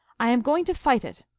i am going to fight it.